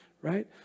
right